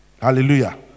Hallelujah